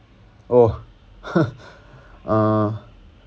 oh uh